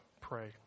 pray